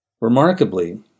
Remarkably